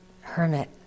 hermit